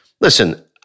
listen